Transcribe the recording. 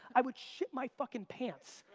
i would shit my fucking pants.